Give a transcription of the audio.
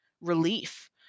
relief